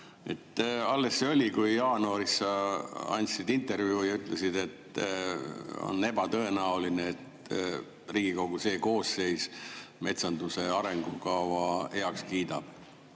Alles see oli, kui jaanuaris sa andsid intervjuu ja ütlesid, et on ebatõenäoline, et Riigikogu see koosseis metsanduse arengukava heaks kiidab.